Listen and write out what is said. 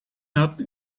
not